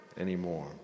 anymore